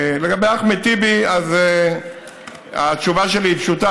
לגבי אחמד טיבי, אז התשובה שלי היא פשוטה.